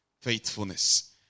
faithfulness